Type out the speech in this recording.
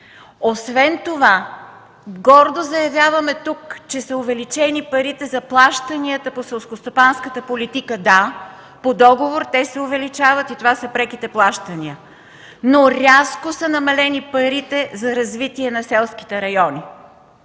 Освен това гордо заявяваме тук, че са увеличени парите за плащанията по селскостопанската политика. Да, по договор те се увеличават, и това са преките плащания, но рязко са намалени парите за развитие на селските райони.